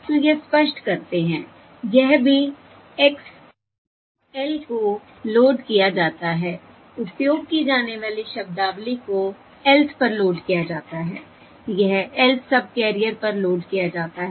तो यह स्पष्ट करते हैं यह भी X l को लोड किया जाता है उपयोग की जाने वाली शब्दावली को lth पर लोड किया जाता है यह lth सबकैरियर पर लोड किया जाता है